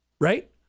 right